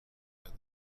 بدن